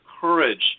courage